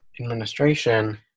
administration